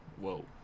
Whoa